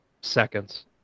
seconds